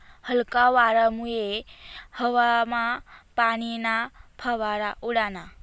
हलका वारामुये हवामा पाणीना फवारा उडना